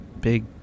big